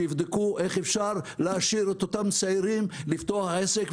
שיבדקו איך אפשר להשאיר את אותם צעירים לפתוח עסק,